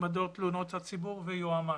מדור תלונות הציבור ויועמ"ש.